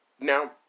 Now